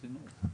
הצבעה.